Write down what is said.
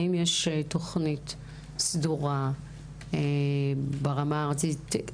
האם יש תוכנית סדורה ברמה הארצית?